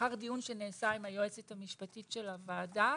לאחר דיון שנעשה עם היועצת המשפטית של הוועדה,